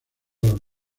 los